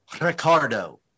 Ricardo